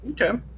Okay